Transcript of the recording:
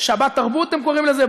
"שבתרבות" הם קוראים לזה.